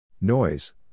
Noise